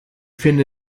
finde